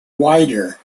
wider